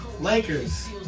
Lakers